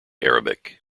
arabic